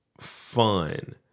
fun